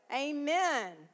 Amen